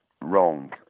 wrong